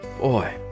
boy